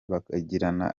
bakagirana